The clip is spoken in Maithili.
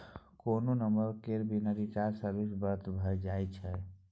कोनो नंबर केर बिना रिचार्ज सर्विस बन्न भ जाइ छै